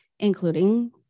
including